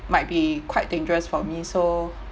might be quite dangerous for me so